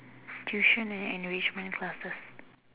tuition and enrichment classes